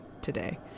Today